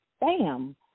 bam